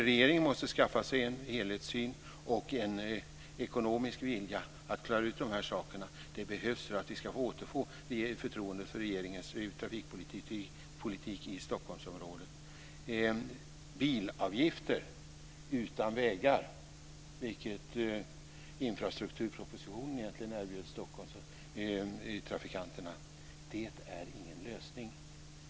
Regeringen måste skaffa sig en helhetssyn och en ekonomisk vilja att klara ut de här sakerna. Det behövs för att vi ska återfå förtroendet för regeringens trafikpolitik i Stockholmsområdet. Bilavgifter utan vägar, som infrastrukturpropositionen egentligen erbjöd Stockholmstrafikanterna, är ingen lösning.